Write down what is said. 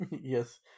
yes